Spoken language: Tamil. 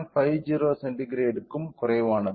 50 சென்டிகிரேடுக்கும் குறைவானது